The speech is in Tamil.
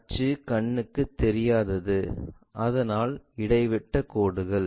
அச்சு கண்ணுக்கு தெரியாதது அதனால் இடைவிட்டக் கோடுகள்